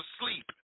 sleep